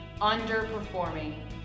underperforming